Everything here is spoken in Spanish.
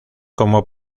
como